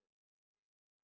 okay